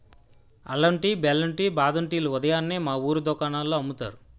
అల్లం టీ, బెల్లం టీ, బాదం టీ లు ఉదయాన్నే మా వూరు దుకాణాల్లో అమ్ముతారు